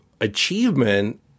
achievement